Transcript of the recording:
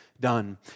done